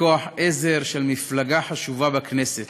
לכוח עזר של מפלגה חשובה בכנסת.